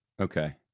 Okay